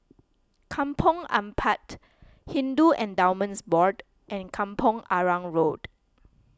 Kampong Ampat Hindu Endowments Board and Kampong Arang Road